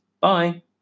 Bye